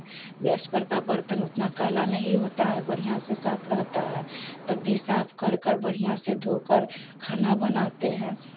gas पर का बर्तन उतना काला नहीं होता है बढ़िया से साफ़ रहता है तब भी साफ़ कर कर बढ़िया से धोकर खाना बनाते हैं